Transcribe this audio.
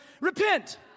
repent